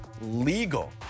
legal